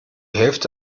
hälfte